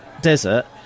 desert